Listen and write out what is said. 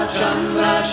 Chandra